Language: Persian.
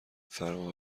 فرق